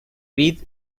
vid